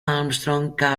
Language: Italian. armstrong